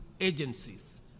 agencies